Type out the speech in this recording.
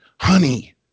honey